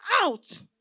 out